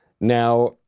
Now